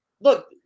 look